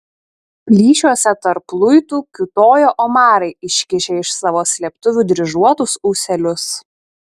plyšiuose tarp luitų kiūtojo omarai iškišę iš savo slėptuvių dryžuotus ūselius